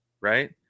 Right